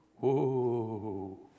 Whoa